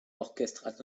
orchestre